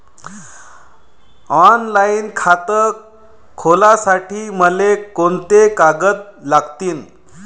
Online खातं खोलासाठी मले कोंते कागद लागतील?